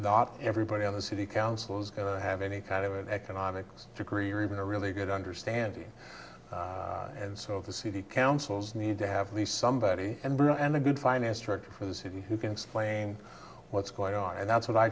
not everybody on the city council is going to have any kind of an economics degree or even a really good understanding and so the city councils need to have these somebody and real and a good finance director for the city who can explain what's going on and that's what i